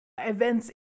events